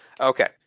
Okay